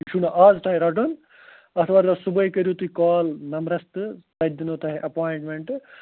یہِ چھُنہٕ اَز تۄہہِ رَٹُن آتھوار دۄہ صُبحٲے کٔرِو تُہۍ کال نمبرَس تہٕ تَتہِ دِنَو توہہِ ایپوایٹمٮ۪نٛٹہٕ